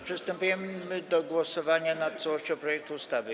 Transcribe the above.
Przystępujemy do głosowania nad całością projektu ustawy.